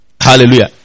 Hallelujah